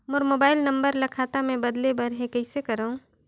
मोर mobile number ल खाता मे बदले बर हे कइसे करव?